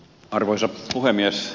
arvoisa puhemies